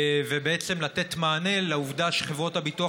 ובעצם לתת מענה לעובדה שחברות הביטוח